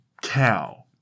cow